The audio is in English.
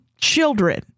children